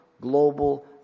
global